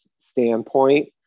standpoint